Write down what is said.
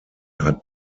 hat